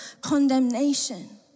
condemnation